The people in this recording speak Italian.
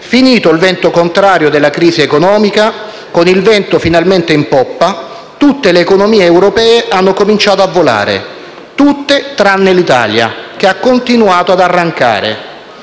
Finito il vento contrario della crisi economica e con il vento finalmente in poppa, tutte le economie europee hanno cominciato a volare; tutte tranne l'Italia, che ha continuato ad arrancare.